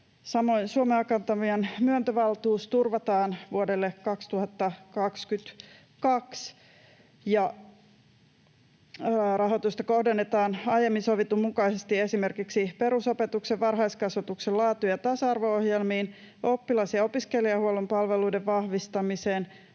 Samoin Suomen Akatemian myöntövaltuus turvataan vuodelle 2022 ja rahoitusta kohdennetaan aiemmin sovitun mukaisesti esimerkiksi perusopetuksen ja varhaiskasvatuksen laatu- ja tasa-arvo-ohjelmiin, oppilas- ja opiskelijahuollon palveluiden vahvistamiseen,